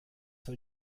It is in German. soll